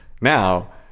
now